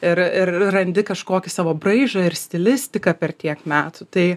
ir ir randi kažkokį savo braižą ir stilistiką per tiek metų tai